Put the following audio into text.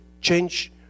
change